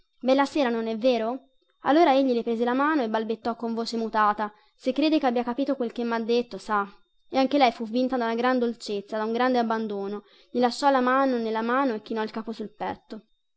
bella sera non è vero allora egli le prese la mano e balbettò con voce mutata se crede che abbia capito quel che mha detto sa e anche lei fu vinta da una gran dolcezza da un grande abbandono gli lasciò la mano nella mano e chinò il capo sul petto